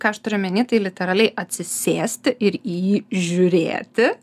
ką aš turiu omeny tai literaliai atsisėsti ir į jį žiūrėti